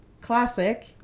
classic